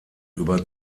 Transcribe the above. über